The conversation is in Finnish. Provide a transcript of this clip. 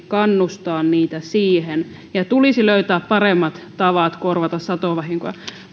kannustaa niitä siihen ja löytää paremmat tavat korvata satovahinkoja